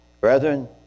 Brethren